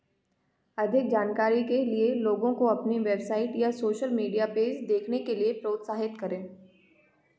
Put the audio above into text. अधिक जानकारी के लिए लोगों को अपनी वेबसाइट या सोशल मीडिया पेज देखने के लिए प्रोत्साहित करें